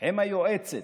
עם היועצת,